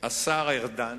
השר ארדן,